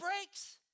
breaks